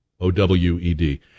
O-W-E-D